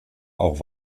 auch